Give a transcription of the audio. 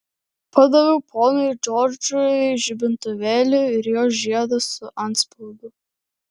padaviau ponui džordžui žibintuvėlį ir jo žiedą su antspaudu